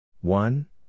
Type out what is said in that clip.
One